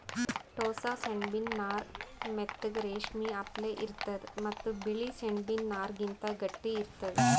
ಟೋಸ್ಸ ಸೆಣಬಿನ್ ನಾರ್ ಮೆತ್ತಗ್ ರೇಶ್ಮಿ ಅಪ್ಲೆ ಇರ್ತದ್ ಮತ್ತ್ ಬಿಳಿ ಸೆಣಬಿನ್ ನಾರ್ಗಿಂತ್ ಗಟ್ಟಿ ಇರ್ತದ್